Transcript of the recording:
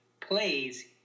plays